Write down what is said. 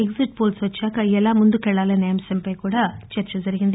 ఎగ్టిట్పోల్స్ వచ్చాక ఎలా ముందుకెళ్లాలనే అంశంపై కూడా చర్చ జరిగింది